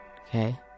okay